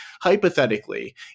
hypothetically